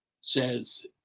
says